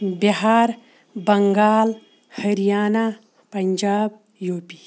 Bihar Bengal Haryana Punjab U P